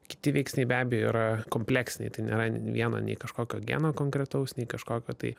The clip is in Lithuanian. kiti veiksniai be abejo yra kompleksiniai tai nėra vieno nei kažkokio geno konkretaus nei kažkokio tai